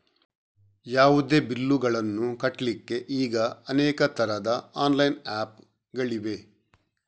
ಯಾವುದೇ ಬಿಲ್ಲುಗಳನ್ನು ಕಟ್ಲಿಕ್ಕೆ ಈಗ ಅನೇಕ ತರದ ಆನ್ಲೈನ್ ಆಪ್ ಗಳಿವೆ